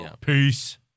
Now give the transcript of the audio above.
Peace